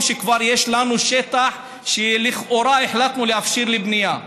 שכבר יש לנו שטח שלכאורה החלטנו להפשיר לבנייה.